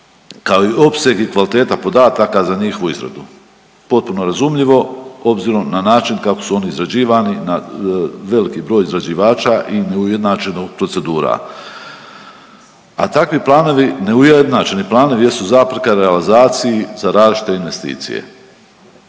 kao i opseg i kvaliteta podataka za njihovu izradu. Potpuno razumljivo obzirom na način kako su oni izrađivani na veliki broj izrađivača i neujednačenost procedura, a takvi planovi, neujednačeni planovi jesu zapreka realizaciji za različite investicije.